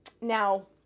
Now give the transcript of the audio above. now